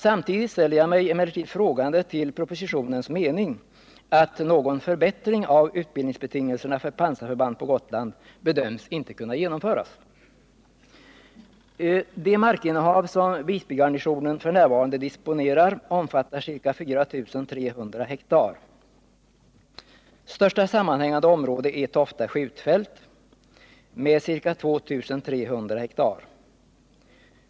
Samtidigt ställer jag mig frågande till propositionens mening, att någon förbättring av utbildningsbetingelserna för pansarförband på Gotland inte bedöms kunna genomföras. Den mark som Visbygarnisionen f. n. disponerar omfattar ca 4 300 hektar. Största sammanhängande område är Tofta skjutfält med ca 2 300 hektar.